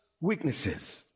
weaknesses